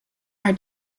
are